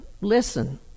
listen